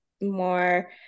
more